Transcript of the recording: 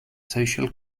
social